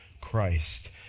Christ